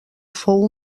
fou